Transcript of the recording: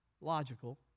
logical